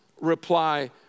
reply